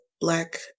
Black